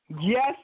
Yes